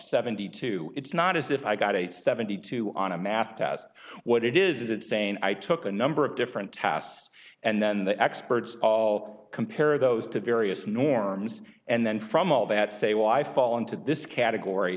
seventy two it's not as if i got eight seventy two on a math test what it is is it's saying i took a number of different tasks and then the experts all compare those to various norms and then from all that say well i fall into this category